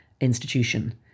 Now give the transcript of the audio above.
institution